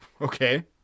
okay